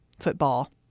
Football